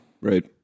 Right